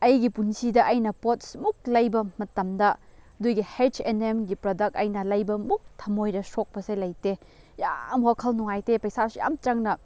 ꯑꯩꯒꯤ ꯄꯨꯟꯁꯤꯗ ꯑꯩꯅ ꯄꯣꯠꯁꯤ ꯑꯃꯨꯛ ꯂꯩꯕ ꯃꯇꯝꯗ ꯑꯗꯨꯒꯤ ꯍꯩꯁ ꯑꯦꯟ ꯑꯦꯝꯒꯤ ꯄ꯭ꯔꯗꯛ ꯑꯩꯅ ꯂꯩꯕꯃꯨꯛ ꯊꯝꯃꯣꯏꯗ ꯁꯣꯛꯄꯁꯦ ꯂꯩꯇꯦ ꯌꯥꯝ ꯋꯥꯈꯜ ꯅꯨꯡꯉꯥꯏꯇꯦ ꯄꯩꯁꯥꯁꯨ ꯌꯥꯝ ꯆꯪꯅ